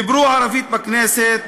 דיברו ערבית בכנסת.